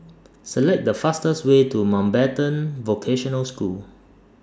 Select The fastest Way to Mountbatten Vocational School